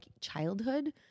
childhood